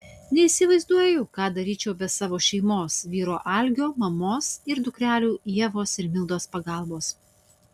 neįsivaizduoju ką daryčiau be savo šeimos vyro algio mamos ir dukrelių ievos ir mildos pagalbos